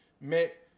Mais